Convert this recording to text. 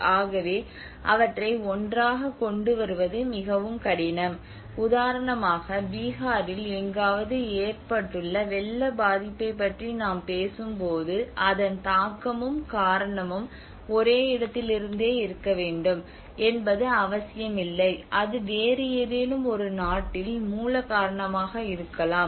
ஆகவே அவற்றை ஒன்றாகக் கொண்டுவருவது மிகவும் கடினம் உதாரணமாக பீகாரில் எங்காவது ஏற்பட்டுள்ள வெள்ள பாதிப்பைப் பற்றி நாம் பேசும்போது அதன் தாக்கமும் காரணமும் ஒரே இடத்திலிருந்தே இருக்க வேண்டும் என்பது அவசியமில்லை அது வேறு ஏதேனும் ஒரு நாட்டில் மூல காரணமாக இருக்கலாம்